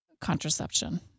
contraception